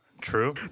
True